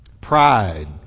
Pride